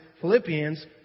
Philippians